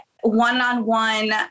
one-on-one